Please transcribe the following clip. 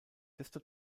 desto